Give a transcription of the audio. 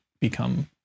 become